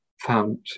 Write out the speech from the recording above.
found